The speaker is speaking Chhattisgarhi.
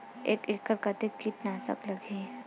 एक एकड़ कतेक किट नाशक लगही?